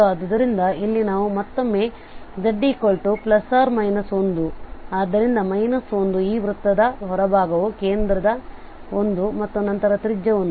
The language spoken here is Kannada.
ಆದ್ದರಿಂದ ಇಲ್ಲಿ ನಾವು ಮತ್ತೊಮ್ಮೆ z ± 1 ಆದ್ದರಿಂದ 1 ಈ ವೃತ್ತದ ಹೊರಭಾಗವು ಕೇಂದ್ರ 1 ಮತ್ತು ನಂತರ ತ್ರಿಜ್ಯ 1